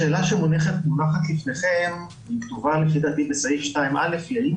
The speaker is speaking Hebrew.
השאלה שמונחת לפניכם היא כתובה לפי דעתי בסעיף 2א היא האם